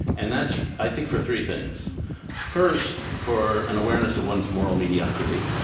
and that's, i think, for three things first, for an awareness of one's moral mediocrity.